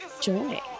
joy